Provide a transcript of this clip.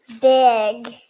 Big